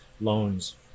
loans